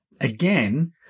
again